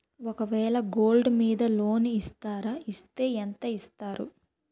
ఒక వేల గోల్డ్ మీద లోన్ ఇస్తారా? ఇస్తే ఎంత ఇస్తారు?